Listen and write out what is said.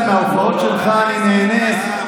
מה ראוי לתגובה אצלכם?